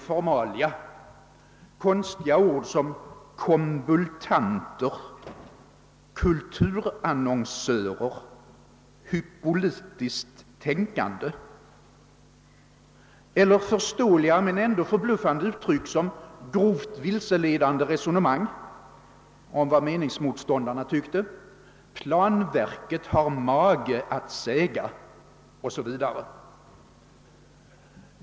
formuleringar med konstiga ord som »kombultanter«, »kulturannonsörer», »hypolitiskt tänkande» m.m. eller förståeliga men ändå förbluffande uttryck som »grovt vilseledande resonemang« om vad meningsmotståndarna tyckte, »planverket har mage att säga» o.s.v.